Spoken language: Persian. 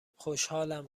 خوشحالم